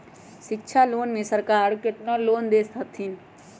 शिक्षा लोन में सरकार केतना लोन दे हथिन?